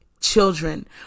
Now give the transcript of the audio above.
children